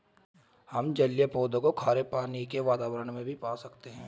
हम जलीय पौधों को खारे पानी के वातावरण में भी पा सकते हैं